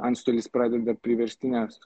antstolis pradeda priverstinės